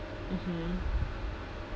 mmhmm